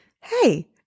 Hey